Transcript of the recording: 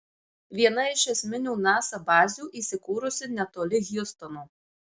viena iš esminių nasa bazių įsikūrusi netoli hjustono